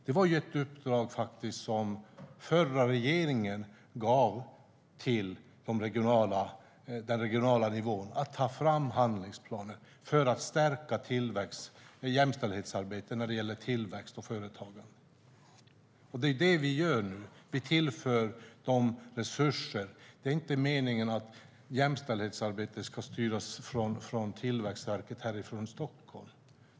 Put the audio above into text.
Det var faktiskt ett uppdrag som den förra regeringen gav till den regionala nivån, alltså att ta fram handlingsplaner för att stärka jämställdhetsarbetet när det gäller tillväxt och företagande. Det är det som vi gör nu. Vi tillför dessa resurser. Det är inte meningen att jämställdhetsarbetet ska styras från Tillväxtverket här i Stockholm.